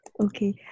Okay